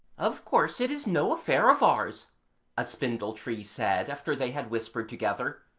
of course it is no affair of ours a spindle-tree said after they had whispered together,